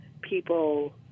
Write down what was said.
People